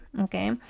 Okay